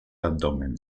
abdomen